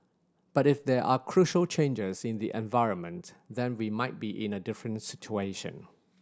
but if there are crucial changes in the environment then we might be in a different situation